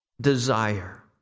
Desire